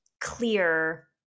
clear